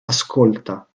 ascolta